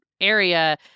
area